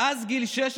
מאז גיל 16